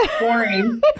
Boring